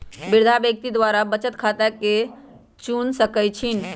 वृद्धा व्यक्ति वृद्धा बचत खता के चुन सकइ छिन्ह